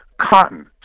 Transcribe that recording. cotton